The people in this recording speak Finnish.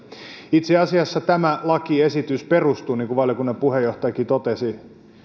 itse asiassa tämä lakiesitys perustuu niin kuin valiokunnan puheenjohtajakin totesi